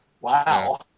Wow